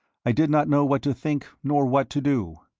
i did not know what to think nor what to do.